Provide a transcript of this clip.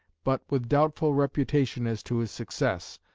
but with doubtful reputation as to his success,